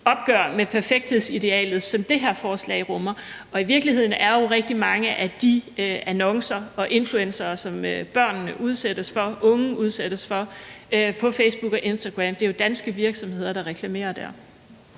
opgør med perfekthedsidealet, som det her forslag rummer, og i virkeligheden er det jo sådan i forbindelse med rigtig mange af de annoncer og influencere, som børnene og de unge udsættes for på Facebook og Instagram, at det er danske virksomheder, der reklamerer dér.